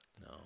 No